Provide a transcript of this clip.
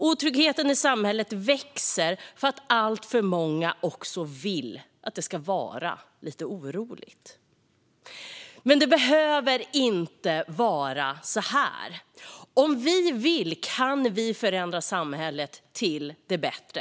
Otryggheten i samhället växer för att alltför många också vill att det ska vara lite oroligt. Men det behöver inte vara så här. Om vi vill kan vi förändra samhället till det bättre.